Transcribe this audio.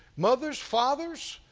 mothers, fathers,